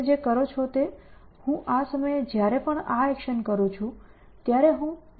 તમે જે કરો છો તે હું આ સમયે જ્યારે પણ આ એક્શન શરૂ કરું છું ત્યારે હું બીજી એક્શન શરૂ કરી શકું